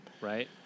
Right